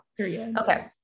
okay